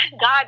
God